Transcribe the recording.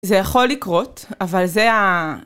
זה יכול לקרות, אבל זה ה...